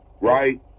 Right